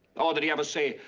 or did he ever say,